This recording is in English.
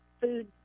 food